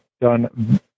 done